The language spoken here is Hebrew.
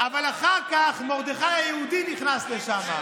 אבל אחר כך מרדכי היהודי נכנס לשם,